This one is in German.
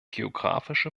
geographische